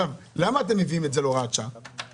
למה אתם מביאים את זה בהוראת קבע?